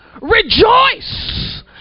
rejoice